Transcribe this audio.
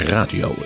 Radio